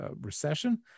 recession